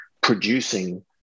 producing